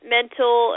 mental